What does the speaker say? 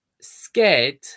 scared